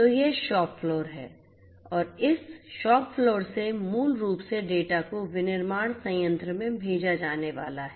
तो यह shop floor है और इस शॉप फ्लोर से मूल रूप से डेटा को विनिर्माण संयंत्र में भेजा जाने वाला है